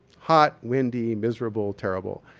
hot, windy, miserable, terrible.